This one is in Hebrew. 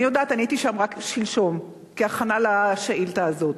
אני הייתי שם רק שלשום כהכנה לשאילתא הזאת.